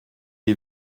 est